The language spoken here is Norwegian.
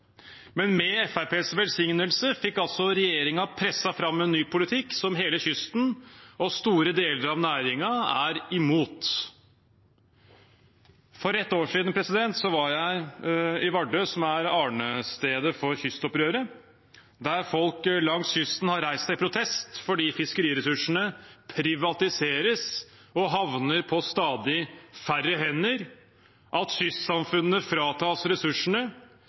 Med Fremskrittspartiets velsignelse fikk altså regjeringen presset fram en ny politikk som hele kysten og store deler av næringen er imot. For ett år siden var jeg i Vardø, som er arnestedet for Kystopprøret, der folk langs kysten har reist seg i protest fordi fiskeriressursene privatiseres og havner på stadig færre hender, kystsamfunnene fratas ressursene